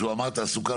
כשהוא אמר תעסוקה,